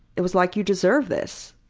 it was like, you deserve this.